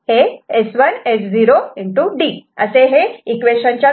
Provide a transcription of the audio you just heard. D Y3 S1S0